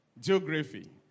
geography